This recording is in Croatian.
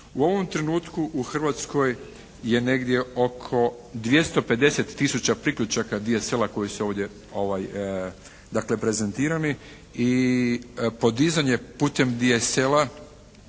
U ovom trenutku u Hrvatskoj je negdje oko 250 tisuća priključaka DSL-a koji su ovdje dakle prezentirani i podizanje putem DSL-a